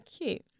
cute